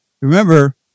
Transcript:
remember